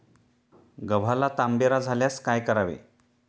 गव्हाला तांबेरा झाल्यास काय करावे?